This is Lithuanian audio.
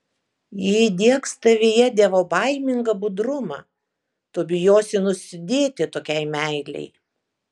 ji įdiegs tavyje dievobaimingą budrumą tu bijosi nusidėti tokiai meilei